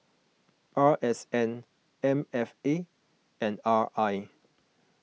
R S N M F A and R I